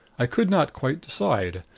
i could not quite decide.